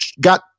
got